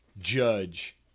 judge